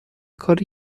کاری